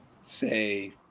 say